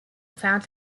found